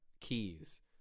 keys